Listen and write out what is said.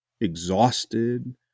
exhausted